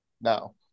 No